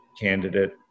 candidate